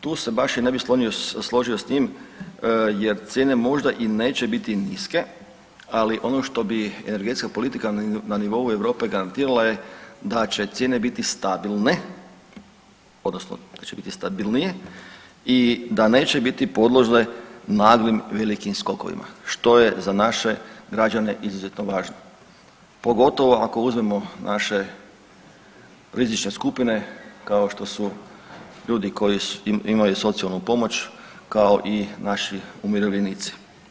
Tu se baš i ne bih složio s tim jer cijene možda i neće biti niske, ali ono to bi energetska politika na nivou Europe garantirala je da će cijene biti stabilne odnosno da će biti stabilnije i da neće biti podložne naglim velikim skokovima, što je za naše građane izuzetno važno, pogotovo ako uzmemo naše rizične skupine, kao što su ljudi koji imaju socijalnu pomoć, kao i naši umirovljenici.